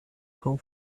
come